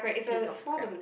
kiss of crabs